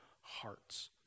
hearts